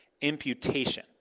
imputation